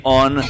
on